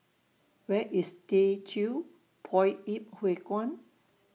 Where IS Teochew Poit Ip Huay Kuan